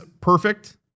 perfect